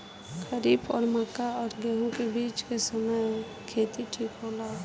खरीफ और मक्का और गेंहू के बीच के समय खेती ठीक होला?